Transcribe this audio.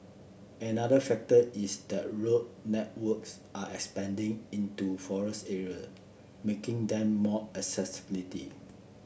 another factor is that road networks are expanding into forest area making them more accessibility